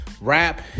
rap